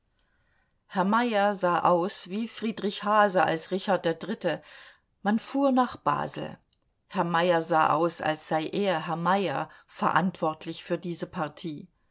herr meyer sah aus wie friedrich haase als richard der dritte man fuhr nach basel herr meyer sah aus als sei er herr meyer verantwonlich für diese partie